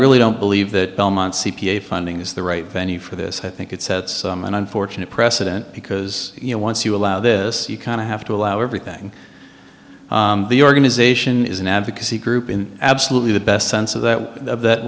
really don't believe that belmont c p a funding is the right venue for this i think it sets an unfortunate precedent because you know once you allow this you kind of have to allow everything the organization is an advocacy group in absolutely the best sense of that